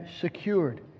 secured